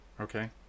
okay